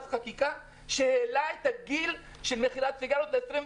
נכנסה חקיקה שהעלתה את הגיל של מכירת סיגריות ל-21.